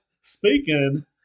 Speaking